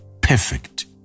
perfect